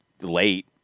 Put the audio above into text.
late